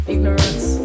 Ignorance